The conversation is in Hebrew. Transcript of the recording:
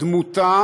דמותה